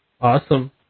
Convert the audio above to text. Awesome